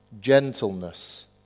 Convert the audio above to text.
gentleness